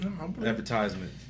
Advertisement